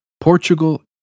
Portugal